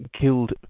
killed